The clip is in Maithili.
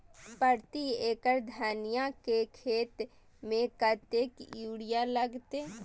प्रति एकड़ धनिया के खेत में कतेक यूरिया लगते?